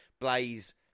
Blaze